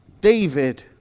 David